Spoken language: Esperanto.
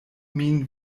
min